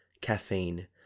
caffeine